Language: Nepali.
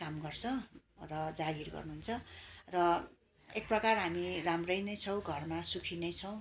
काम गर्छ र जागिर गर्नुहुन्छ र एक प्रकार हामी राम्रै नै छौँ घरमा सुखी नै छौँ